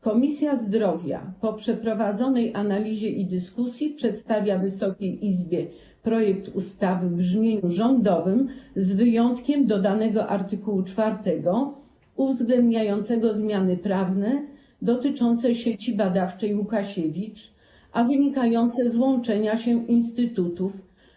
Komisja Zdrowia po przeprowadzonej analizie i dyskusji przedstawia Wysokiej Izbie projekt ustawy w brzmieniu rządowym, z wyjątkiem dodanego art. 4 uwzględniającego zmiany prawne dotyczące Sieci Badawczej Łukasiewicz, a wynikające z łączenia się instytutów.